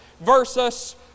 versus